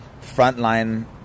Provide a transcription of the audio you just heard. Frontline